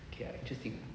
okay ah interesting ah